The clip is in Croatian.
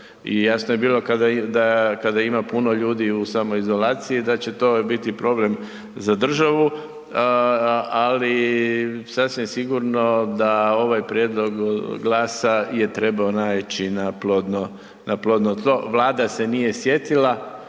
I jasno je bilo kada, da kada ima puno ljudi u samoizolaciji da će to biti problem za državu, ali sasvim sigurno da ovaj prijedlog GLAS-a je trebao naići na plodno tlo, Vlada se nije sjetila